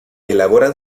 elaboran